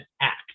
act